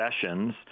sessions